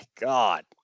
God